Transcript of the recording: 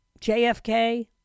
JFK